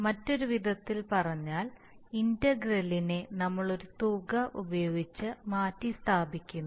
മറ്റൊരു വിധത്തിൽ പറഞ്ഞാൽ ഇന്റഗ്രലിനെ നമ്മൾ ഒരു തുക ഉപയോഗിച്ച് മാറ്റിസ്ഥാപിക്കുന്നു